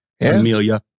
Amelia